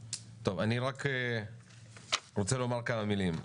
טוב, אני רק רוצה לומר כמה מילים.